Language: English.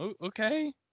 Okay